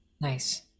Nice